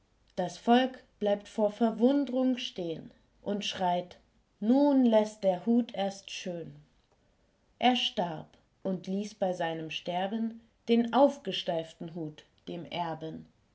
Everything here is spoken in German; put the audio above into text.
das volk bleibt vor verwundrung stehn und schreit nun läßt der hut erst schön er starb und ließ bei seinem sterben den aufgesteiften hut dem erben